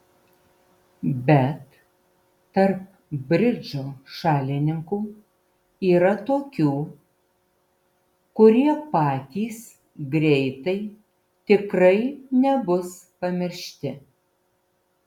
bet tarp bridžo šalininkų yra tokių kurie patys greitai tikrai nebus pamiršti